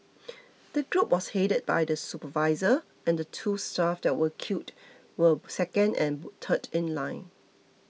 the group was headed by the supervisor and the two staff that were killed were second and third in line